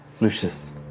Lucius